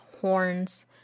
horns